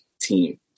team